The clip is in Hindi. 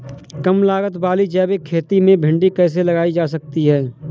कम लागत वाली जैविक खेती में भिंडी कैसे लगाई जा सकती है?